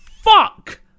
Fuck